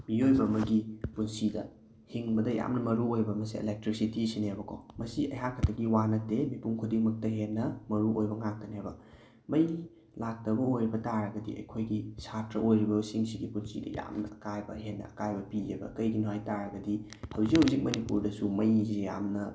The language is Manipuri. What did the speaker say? ꯃꯤꯑꯣꯏꯕ ꯑꯃꯒꯤ ꯄꯨꯟꯁꯤꯗ ꯍꯤꯡꯕꯗ ꯌꯥꯝꯅ ꯃꯔꯨ ꯑꯣꯏꯕ ꯑꯃꯁꯦ ꯑꯦꯂꯦꯛꯇ꯭ꯔꯤꯁꯤꯇꯤ ꯑꯁꯤꯅꯦꯕꯀꯣ ꯃꯁꯤ ꯑꯩꯍꯥꯛ ꯈꯛꯇꯒꯤ ꯋꯥ ꯅꯠꯇꯦ ꯃꯤꯄꯨꯝ ꯈꯨꯗꯤꯡꯃꯛꯇ ꯍꯦꯟꯅ ꯃꯔꯨ ꯑꯣꯏꯕ ꯉꯛꯇꯅꯦꯕ ꯃꯩ ꯂꯥꯛꯇꯕ ꯑꯣꯏꯕ ꯇꯥꯔꯒꯗꯤ ꯑꯩꯈꯣꯏꯒꯤ ꯁꯥꯇ꯭ꯔ ꯑꯣꯏꯔꯤꯕ ꯁꯤꯡꯁꯤꯒꯤ ꯄꯨꯟꯁꯤꯗ ꯌꯥꯝꯅ ꯑꯀꯥꯏꯕ ꯍꯦꯟꯅ ꯑꯀꯥꯏꯕ ꯄꯤꯌꯦꯕ ꯀꯔꯤꯒꯤꯅꯣ ꯍꯥꯏꯕꯇꯔꯒꯗꯤ ꯍꯧꯖꯤꯛ ꯍꯧꯖꯤꯛ ꯃꯅꯤꯄꯨꯔꯗꯁꯨ ꯃꯩꯁꯤ ꯌꯥꯝꯅ